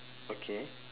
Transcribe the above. okay